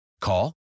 Call